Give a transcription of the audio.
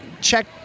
check